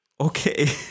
okay